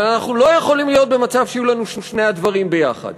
אבל אנחנו לא יכולים להיות במצב שיהיו לנו שני הדברים יחד.